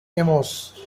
amos